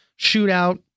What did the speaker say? shootout